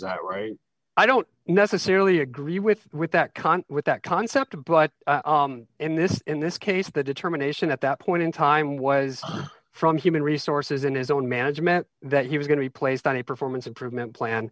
not right i don't necessarily agree with with that con with that concept but in this in this case the determination at that point in time was from human resources in his own management that he was going to be placed on a performance improvement plan